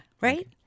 right